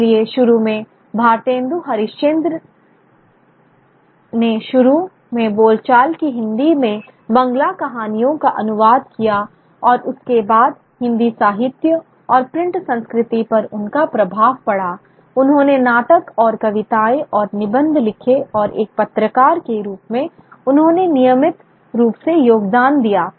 इसलिए शुरू में भारतेन्दु हरिश्चंद्र ने शुरू में बोलचाल की हिंदी में बंगला कहानियों का अनुवाद किया और उसके बाद हिंदी साहित्य और प्रिंट संस्कृति पर उनका प्रभाव पड़ा उन्होंने नाटक और कविताएँ और निबंध लिखे और एक पत्रकार के रूप में उन्होंने नियमित रूप से योगदान दिया